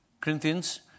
Corinthians